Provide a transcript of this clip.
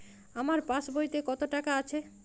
আমার পাসবইতে কত টাকা আছে?